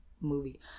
movie